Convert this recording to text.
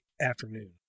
afternoon